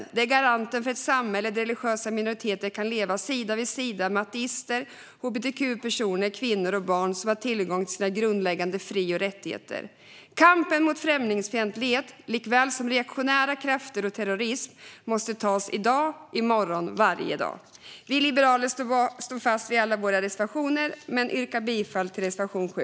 Det är garanten för ett samhälle där religiösa minoriteter kan leva sida vid sida med ateister, hbtq-personer, kvinnor och barn som har tillgång till sina grundläggande fri och rättigheter. Kampen mot främlingsfientlighet, reaktionära krafter och terrorism måste tas i dag, i morgon och varje dag. Jag står bakom alla våra reservationer men yrkar bifall till reservation 7.